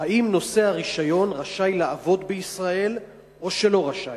אם נושא הרשיון רשאי לעבוד בישראל או לא רשאי.